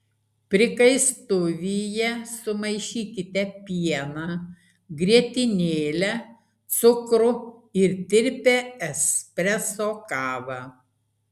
prikaistuvyje sumaišykite pieną grietinėlę cukrų ir tirpią espreso kavą